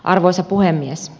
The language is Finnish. arvoisa puhemies